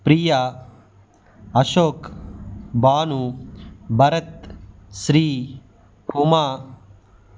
Priya Ashok Bhanu Bharat Shri Uma